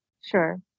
Sure